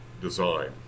design